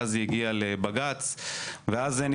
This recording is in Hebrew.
ואז היא הגיעה לבג"ץ,